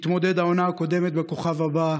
מתמודד העונה הקודמת של "הכוכב הבא",